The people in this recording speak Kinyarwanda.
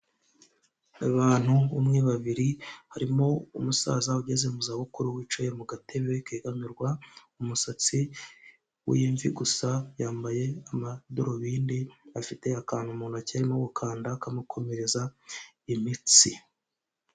Abantu umwe babiri, harimo umusaza ugeze mu za bukuru wicaye mu gatebe kegamirwa, umusatsi w'imvi gusa yambaye amadarubindi, afite akantu mu ntoki arimo gukanda kamukomereza imitsi.